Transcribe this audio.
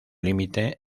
límite